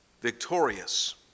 victorious